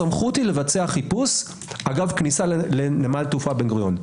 הסמכות היא לבצע חיפוש אגב כניסה לנמל תעופה בן גוריון.